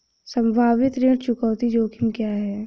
संभावित ऋण चुकौती जोखिम क्या हैं?